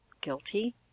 guilty